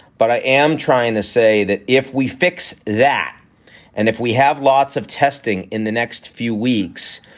but i am trying to say that if we fix that and if we have lots of testing in the next few weeks,